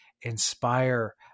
inspire